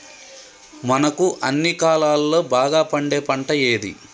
మనకు అన్ని కాలాల్లో బాగా పండే పంట ఏది?